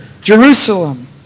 Jerusalem